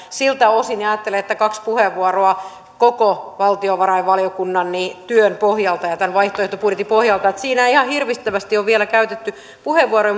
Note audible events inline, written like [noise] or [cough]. siltä osin ajattelen kaksi puheenvuoroa koko valtiovarainvaliokunnan työn pohjalta ja tämän vaihtoehtobudjetin pohjalta että siinä ei ihan hirvittävästi ole vielä käytetty puheenvuoroja [unintelligible]